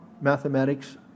mathematics